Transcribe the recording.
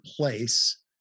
place